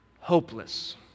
hopeless